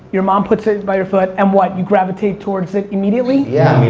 your mom puts it by your foot, and what? you gravitate towards it immediately? yeah,